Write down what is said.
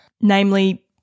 namely